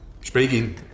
Speaking